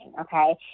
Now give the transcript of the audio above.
okay